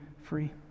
free